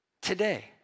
today